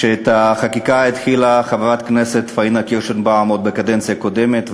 את החקיקה התחילה חברת הכנסת פאינה קירשנבאום עוד בקדנציה הקודמת,